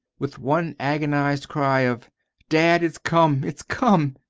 with one agonized cry of dad, it's come it's come!